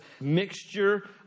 mixture